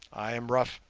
i am rough,